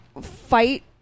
fight